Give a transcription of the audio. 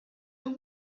woot